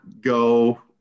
go